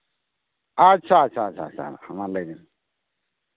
ᱟᱪᱪᱷᱟ ᱟᱪᱪᱷᱟ ᱢᱟ ᱞᱟᱹᱭ ᱵᱤᱱ